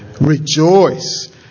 Rejoice